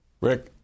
Rick